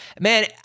man